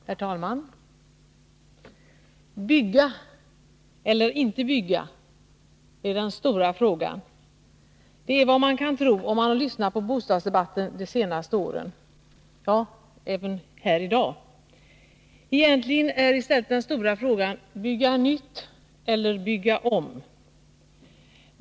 Herr talman! Bygga eller inte bygga, det är den stora frågan. Det är åtminstone vad man kan tro om man har lyssnat på bostadsdebatten de senaste åren — ja, även här i dag. Egentligen är i stället den stora frågan: Bygga nytt eller bygga om?